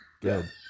good